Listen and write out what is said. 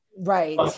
right